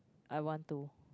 I want to